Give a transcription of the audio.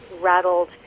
rattled